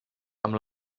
amb